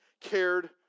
cared